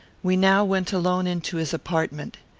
we now went alone into his apartment.